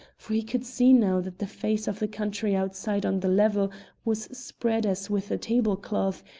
for he could see now that the face of the country outside on the level was spread as with a tablecloth,